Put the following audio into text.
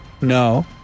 no